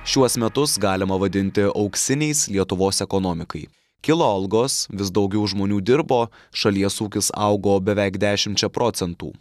šiuos metus galima vadinti auksiniais lietuvos ekonomikai kilo algos vis daugiau žmonių dirbo šalies ūkis augo beveik dešimčia procentų